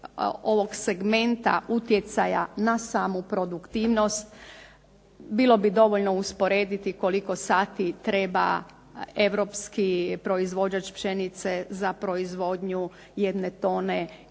ovog segmenta utjecaja na samu produktivnost. Bilo bi dobro usporediti koliko sati treba europski proizvođač pšenice za proizvodnju jedne tone ili